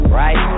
right